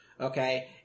okay